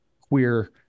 queer